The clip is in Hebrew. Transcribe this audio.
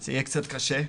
זה יהיה קצת קשה.